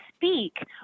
speak